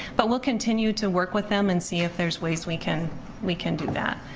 but we'll continue to work with them and see if there's ways we can we can do that.